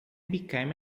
became